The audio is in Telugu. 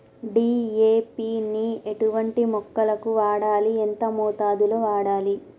డీ.ఏ.పి ని ఎటువంటి మొక్కలకు వాడాలి? ఎంత మోతాదులో వాడాలి?